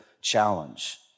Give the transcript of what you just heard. challenge